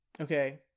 okay